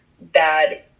bad